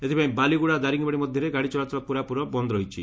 ଏଥିପାଇଁ ବାଲିଗୁଡା ଦାରିଙ୍ଗିବାଡି ମଧ୍ଧରେ ଗାଡ଼ି ଚଳାଚଳ ପ୍ରରାପୁରି ବନ୍ଦ ରହିଛି